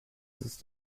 ist